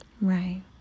Right